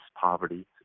poverty